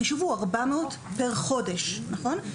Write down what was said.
החישוב הוא 400 פר חודש, נכון?